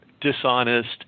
dishonest